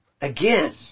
again